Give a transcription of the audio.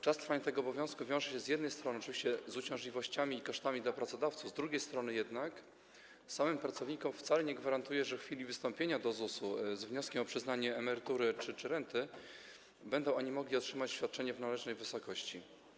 Czas trwania tego obowiązku z jednej strony wiąże się oczywiście z uciążliwościami i kosztami dla pracodawców, z drugiej strony jednak samym pracownikom wcale nie gwarantuje, że w chwili wystąpienia do ZUS-u z wnioskiem o przyznanie emerytury czy renty będą oni mogli otrzymać świadczenie w należnej wysokości.